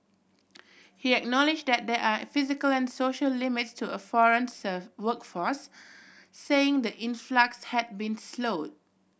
he acknowledged that there are physical and social limits to a foreign workforce saying the influx had been slowed